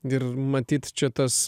ir matyt čia tas